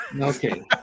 Okay